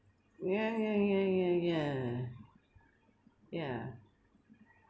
yeah yeah yeah yeah yeah yeah